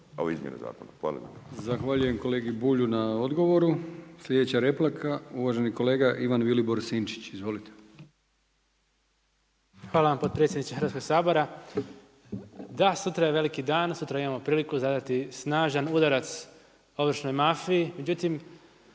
Milijan (HDZ)** Zahvaljujem kolegi Bulju na odgovoru. Sljedeća replika, uvaženi kolega Ivan Vilibor Sinčić. Izvolite. **Sinčić, Ivan Vilibor (Živi zid)** Hvala vam potpredsjedniče Hrvatskog sabora. Da, sutra je veliki dan, sutra imamo priliku zadati snažan udarac ovršnoj mafiji, međutim,